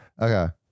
Okay